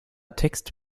text